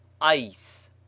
ice